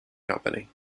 company